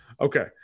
Okay